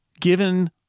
Given